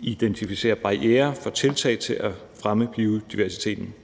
identificere barrierer for tiltag til at fremme biodiversiteten.